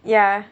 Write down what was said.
ya